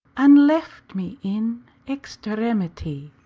and left me in extremitie.